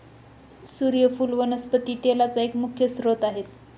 सुर्यफुल वनस्पती तेलाचा एक मुख्य स्त्रोत आहे